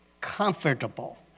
comfortable